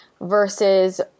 versus